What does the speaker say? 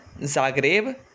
Zagreb